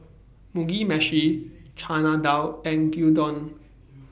Mugi Meshi Chana Dal and Gyudon